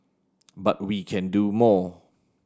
but we can do more